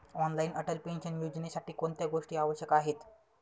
Online Atal pension योजनेसाठी कोणत्या गोष्टी आवश्यक आहेत?